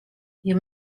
you